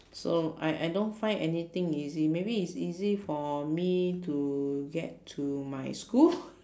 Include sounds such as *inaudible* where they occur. so I I don't find anything easy maybe it's easy for me to get to my school *laughs*